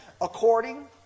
according